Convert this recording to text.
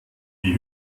die